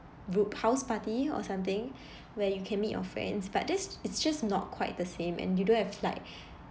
Houseparty or something where you can meet your friends but this it's just not quite the same and you don't have like